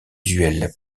duel